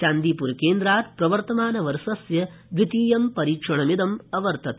चान्दीप्र केन्द्रात् प्रवर्तमान वर्षस्य द्वितीयं परीक्षणमिदम् अवर्तत